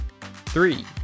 Three